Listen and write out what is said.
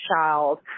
child